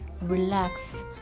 Relax